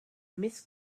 miss